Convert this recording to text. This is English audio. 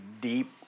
deep